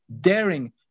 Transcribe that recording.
daring